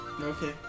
Okay